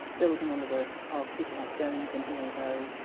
building on the work of people like jones and e a. lowe,